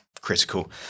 critical